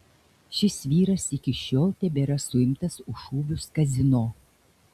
šis vyras iki šiol tebėra suimtas už šūvius kazino